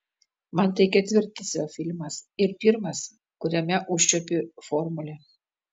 man tai ketvirtas jo filmas ir pirmas kuriame užčiuopiu formulę